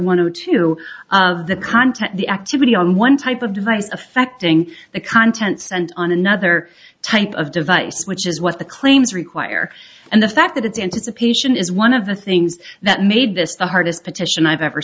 content the activity on one type of device affecting the contents and on another type of device which is what the claims require and the fact that it's anticipation is one of the things that made this the hardest petition i've ever